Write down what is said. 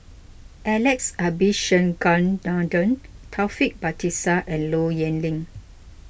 Alex Abisheganaden Taufik Batisah and Low Yen Ling